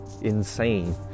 insane